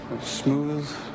Smooth